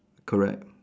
correct